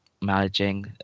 Managing